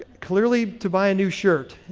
clearly to buy a new shirt